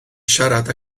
siarad